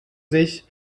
sich